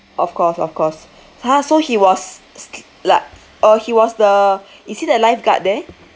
of course of course !huh! so he was like uh he was the you see the lifeguard there